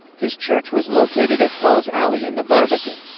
his church was located at paul's alley in the barbican.